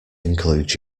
includes